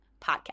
podcast